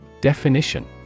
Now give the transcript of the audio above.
Definition